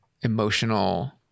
emotional